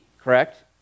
correct